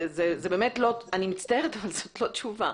אני מצטערת אבל זאת לא תשובה.